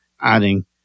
adding